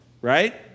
right